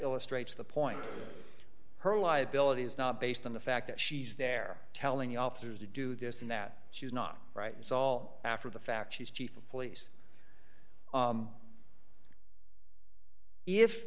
illustrates the point her liability is not based on the fact that she's there telling the officers to do this and that she's not right it's all after the fact she's chief of police